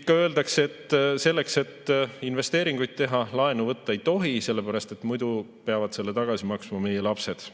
Ikka öeldakse, et selleks, et investeeringuid teha, laenu võtta ei tohi, sellepärast et selle peavad tagasi maksma meie lapsed.